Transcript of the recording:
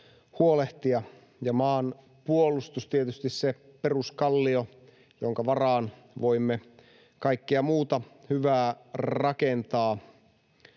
huolehtia, ja maanpuolustus tietysti se peruskallio, jonka varaan voimme kaikkea muuta hyvää rakentaa.